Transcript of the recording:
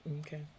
Okay